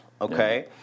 Okay